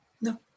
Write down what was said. No